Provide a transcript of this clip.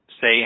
say